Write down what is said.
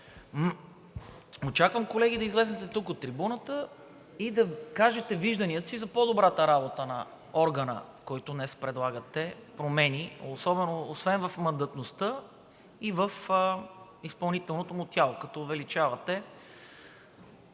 Очаквам, колеги, да излезете тук и от трибуната да кажете вижданията си за по-добрата работа – промени в органа, които днес предлагате, освен в мандатността, и в изпълнителното му тяло, като увеличавате